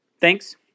Thanks